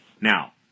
Now